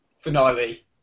finale